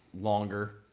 longer